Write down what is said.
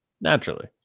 Naturally